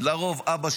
מה לעשות?